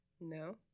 No